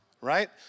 right